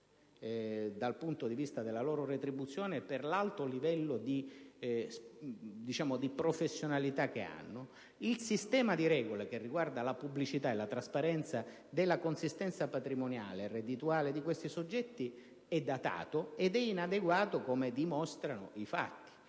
che percepiscono ingenti retribuzioni per l'alto livello di professionalità che possiedono: il sistema di regole che riguarda la pubblicità e la trasparenza della consistenza patrimoniale e reddituale di questi soggetti è datato ed inadeguato, come dimostrano i fatti.